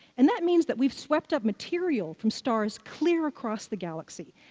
and that means that we swept up material from stars clear across the galaxy,